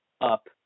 up